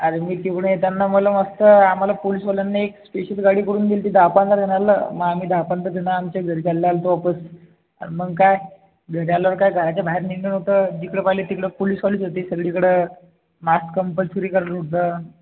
अरे मी तिकडून येताना मला मस्त आम्हाला पोलिसवाल्यांनी एक स्पेशल गाडी करून दिली होती दहा पंधरा जणांना मग आम्ही दहा पंधराजण आमच्या घरी चाललो आलो होतो वापस आणि मग काय घरी आल्यावर काय घराच्या बाहेर निघणं नव्हतं जिकडे पाहिले तिकडे पोलिसवालेच होते सगळीकडं मास्क कंपल्सरी करून होता